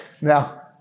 now